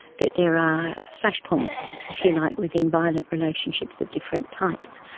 that there are flashpoints, if you like, within violent relationships of different types.